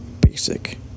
basic